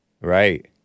Right